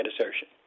assertion